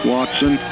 Watson